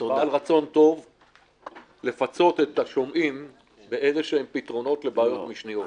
רצון טוב לפצות את השומעים באיזשהם פתרונות לבעיות משניות.